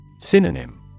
Synonym